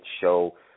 show